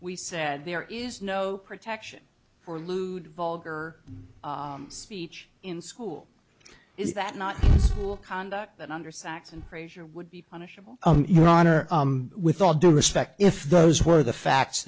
we said there is no protection for lewd vulgar speech in school is that not conduct that under saxon frazier would be punishable your honor with all due respect if those were the facts